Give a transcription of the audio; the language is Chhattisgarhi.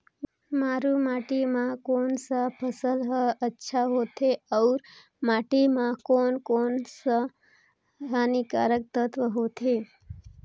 मारू माटी मां कोन सा फसल ह अच्छा होथे अउर माटी म कोन कोन स हानिकारक तत्व होथे?